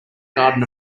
garden